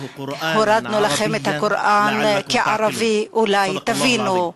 הורדנו לכם את הקוראן, כערבי אולי תבינו.